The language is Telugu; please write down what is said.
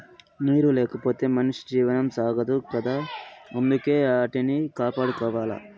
నీరు లేకపోతె మనిషి జీవనం సాగదు కదా అందుకే ఆటిని కాపాడుకోవాల